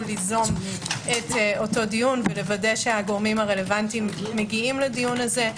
ליזום את אותו דיון ולוודא שהגורמים הרלוונטיים מגיעים לדיון הזה,